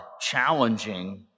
challenging